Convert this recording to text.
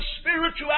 spirituality